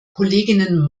kolleginnen